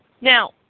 Now